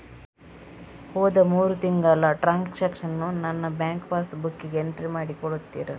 ಹೋದ ಮೂರು ತಿಂಗಳ ಟ್ರಾನ್ಸಾಕ್ಷನನ್ನು ನನ್ನ ಬ್ಯಾಂಕ್ ಪಾಸ್ ಬುಕ್ಕಿಗೆ ಎಂಟ್ರಿ ಮಾಡಿ ಕೊಡುತ್ತೀರಾ?